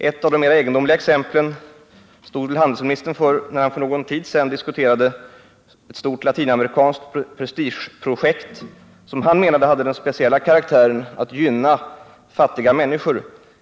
Ett av de mer egendomliga exemplen stod handelsministern för när han för någon tid sedan diskuterade ett stort latinamerikanskt prestigeprojekt, som han menade hade den speciella karaktären att gynna fattiga människor.